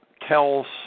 tells